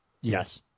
Yes